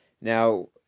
Now